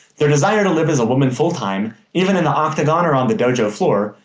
their desire to live as a woman full time, even in the octagon or on the dojo floor,